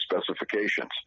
specifications